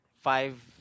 five